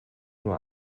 nur